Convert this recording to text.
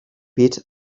pit